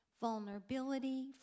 vulnerability